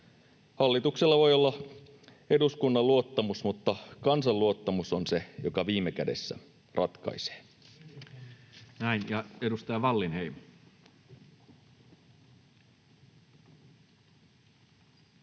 Hallituksella voi olla eduskunnan luottamus, mutta kansan luottamus on se, joka viime kädessä ratkaisee. [Antero Laukkanen: Hyvin